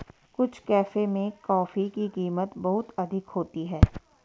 कुछ कैफे में कॉफी की कीमत बहुत अधिक होती है